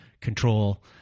control